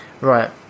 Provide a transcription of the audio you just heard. right